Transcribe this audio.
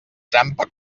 trampa